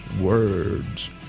words